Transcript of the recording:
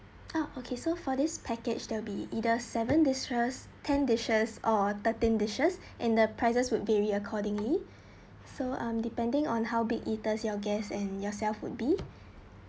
ah okay so for this package they'll be either seven dishes ten dishes or thirteen dishes and the prices will vary accordingly so um depending on how big eaters your guests and yourself would be